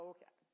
Okay